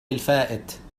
الفائت